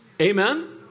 Amen